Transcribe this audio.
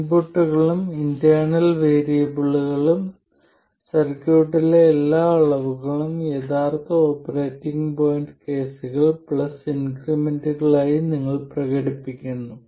ഇൻപുട്ടുകളും ഇന്റേണൽ വേരിയബിളുകളും സർക്യൂട്ടിലെ എല്ലാ അളവുകളും യഥാർത്ഥ ഓപ്പറേറ്റിംഗ് പോയിന്റ് കേസുകൾ പ്ലസ് ഇൻക്രിമെന്റുകളായി നിങ്ങൾ പ്രകടിപ്പിക്കുന്നു